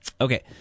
Okay